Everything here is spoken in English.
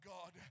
God